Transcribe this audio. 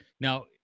Now